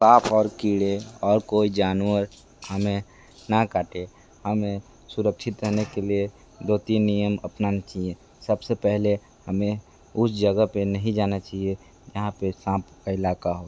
सांप और कीड़े और कोई जानवर हमें ना काटे हमें सुरक्षित रहने के लिए दो तीन नियम अपनाने चाहिए सब से पहले हमें उस जगह पर नहीं जाना चाहिए जहाँ पर सांप का इलाक़ा हो